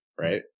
right